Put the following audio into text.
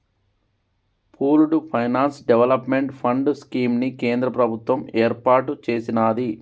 pooled finance development fund scheme ని కేంద్ర ప్రభుత్వం ఏర్పాటు చేసినాది